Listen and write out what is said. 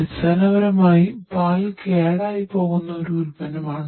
അടിസ്ഥാനപരമായി പാൽ കേടായിപ്പോകുന്ന ഒരു ഉൽപ്പന്നമാണ്